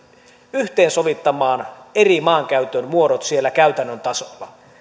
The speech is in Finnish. yhteensovittamaan maankäytön eri muodot siellä käytännön tasolla